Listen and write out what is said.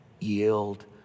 yield